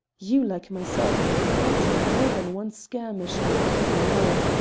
you, like myself, fought in more than one skirmish in the cuban war.